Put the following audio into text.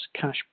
cash